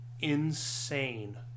insane